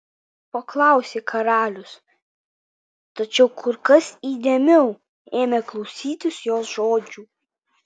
paklausė karalius tačiau kur kas įdėmiau ėmė klausytis jos žodžių